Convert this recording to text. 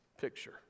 picture